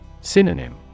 Synonym